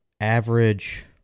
average